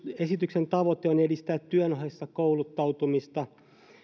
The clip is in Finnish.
esityksen tavoite on edistää työn ohessa kouluttautumista